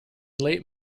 late